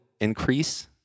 increase